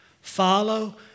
Follow